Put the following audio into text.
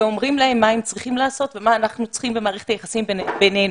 ואומרים להם מה הם צריכים לעשות ומה אנחנו צריכים במערכת היחסים בינינו.